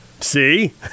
See